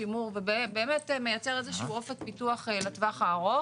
שימור ובאמת מייצר איזה שהוא אופק פיתוח לטווח הארוך